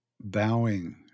bowing